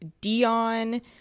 Dion